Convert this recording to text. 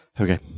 Okay